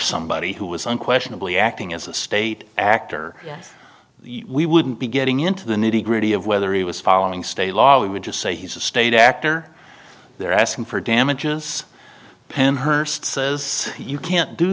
somebody who was unquestionably acting as a state actor we wouldn't be getting into the nitty gritty of whether he was following state law we would just say he's a state actor they're asking for damages penn hearst says you can't do